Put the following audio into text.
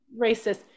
racist